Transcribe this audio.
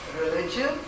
Religion